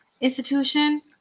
institution